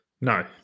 No